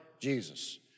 Jesus